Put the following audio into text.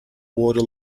water